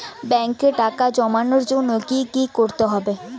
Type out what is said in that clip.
ব্যাংকে টাকা জমানোর জন্য কি কি করতে হয়?